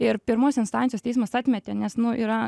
ir pirmos instancijos teismas atmetė nes nu yra